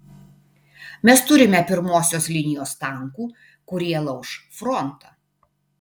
mes turime pirmosios linijos tankų kurie lauš frontą